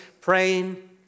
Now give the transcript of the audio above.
praying